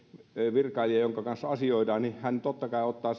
virkailija jonka kanssa asioidaan totta kai ottaa